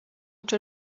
czy